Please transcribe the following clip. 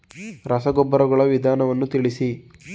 ರಸಗೊಬ್ಬರಗಳ ವಿಧಗಳನ್ನು ತಿಳಿಸಿ?